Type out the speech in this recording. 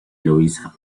eloísa